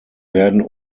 werden